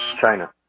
China